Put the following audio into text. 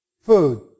food